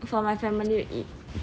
for my family to eat